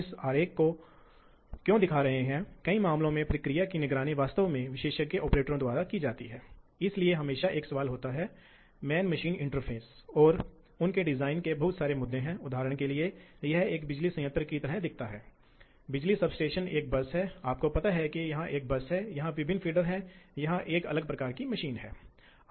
इसके अलावा कुछ प्रोग्रामिंग पैरामीटर यह भी है कि यदि ऑपरेटर या कुछ इंजीनियर एक नया प्रोग्राम विकसित करना चाहते हैं तो फिर यह कितना आसान है और मेरा मतलब है कि इसे कैसे लोड किया जाना है इसलिए वे विभिन्न तरीकों को अपना सकते हैं